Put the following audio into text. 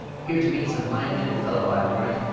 here to meet some lion-headed fellow, i warrant,